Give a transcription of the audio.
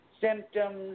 symptoms